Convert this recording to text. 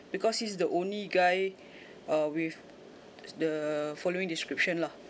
because he's the only guy uh with the following description lah